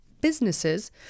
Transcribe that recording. businesses